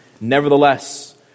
Nevertheless